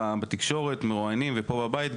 בתקשורת וגם פה בבית,